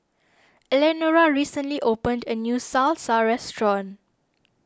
Eleanora recently opened a new Salsa restaurant